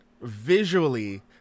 Visually